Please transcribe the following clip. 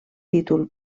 títol